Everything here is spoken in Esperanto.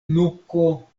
nuko